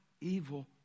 evil